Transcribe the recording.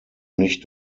nicht